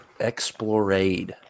Explorade